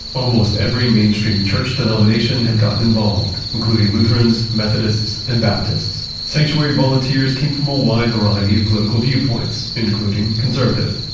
almost every mainstream church denomination had gotten involved, including lutherans, methodists, and baptists. sanctuary volunteers came from a wide variety of political viewpoints, including conservative.